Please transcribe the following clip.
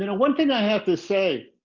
you know one thing i have to say,